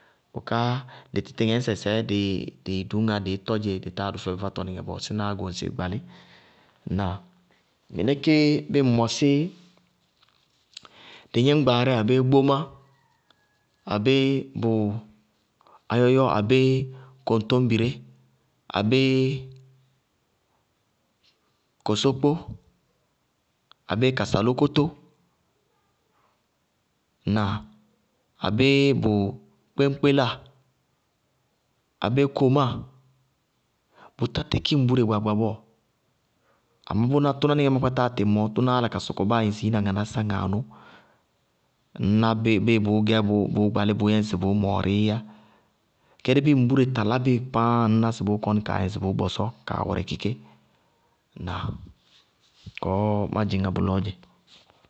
Bʋká di titiŋɛ ŋsɛ sɛɛ dii dii dʋŋŋá dii tɔdzi, di táa táa dʋ fɛbi fátɔniŋɛ bɔɔ, sináá góŋ sii gbalí, minɛkéé bíi ŋ mɔsí digníŋgbaarɛ abéé gbómà abéé bʋ àyɔyɔ abéé koŋtóŋbiré abéé kosókpó abéé kasalókótó, ŋnáa? Abéé bʋ kpéŋpkéláa abéé komáa, bʋná tá kíkí ŋbúre gbaagba bɔɔ, amá bʋná tʋná níŋɛ ŋsibɔɔ má tíŋŋá mɔɔ, bʋnáá yála ka sɔkɔ ŋsi ina ŋanàsà, ŋaanʋ, ŋŋná bíi bʋʋ gɛ bʋyɛ ŋsi bʋʋ gbalí bʋʋ mɔɔrííyá, géré bíi ŋbure talá bi páá, ŋŋná si bʋʋ. Kɔni kaa yɛ ŋsi bʋ bɔsɔɔ, ka wɛrɛki ké. Ŋnáa? Mɔɔ má dziŋŋá si ma dziŋ bʋlɔɔ dzɛ.